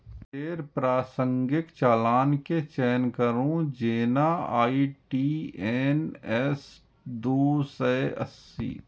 फेर प्रासंगिक चालान के चयन करू, जेना आई.टी.एन.एस दू सय अस्सी